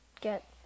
get